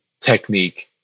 technique